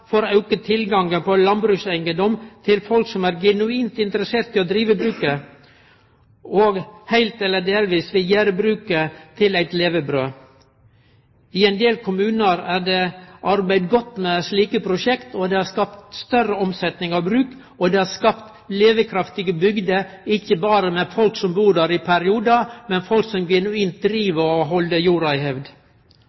for å auke tilgangen på landbrukseigedomar til folk som er genuint interesserte i å drive bruket, og heilt eller delvis vil gjere bruket til eit levebrød. I ein del kommunar er det arbeidd godt med slike prosjekt. Det har skapt større omsetning av bruk, og det er skapt levekraftige bygder ikkje berre med folk som bur der i periodar, men med folk som